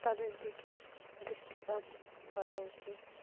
তাদের দিকে দৃষ্টিপাত করা উচিত